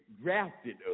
drafted